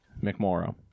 McMorrow